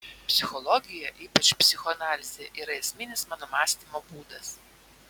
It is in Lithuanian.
psichologija ypač psichoanalizė yra esminis mano mąstymo būdas